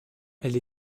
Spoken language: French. elle